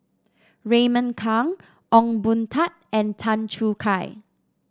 Raymond Kang Ong Boon Tat and Tan Choo Kai